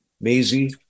Maisie